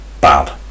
Bad